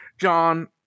John